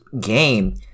game